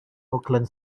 oakland